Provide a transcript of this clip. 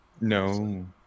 No